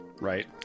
Right